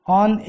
on